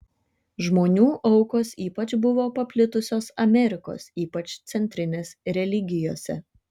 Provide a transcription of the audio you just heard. žmonių aukos ypač buvo paplitusios amerikos ypač centrinės religijose